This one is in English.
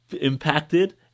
impacted